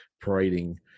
parading